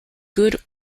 good